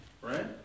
right